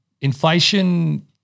Inflation